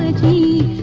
t